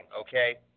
okay